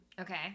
Okay